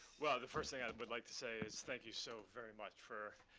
well, the first thing i would like to say is thank you so very much for